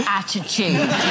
attitude